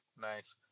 Nice